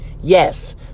yes